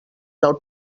del